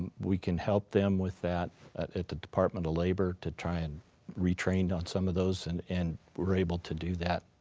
we can help them with that at at the department of labor to try and retrain on some of those and and we're able to do that